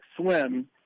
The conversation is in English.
Swim